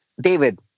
David